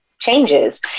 Changes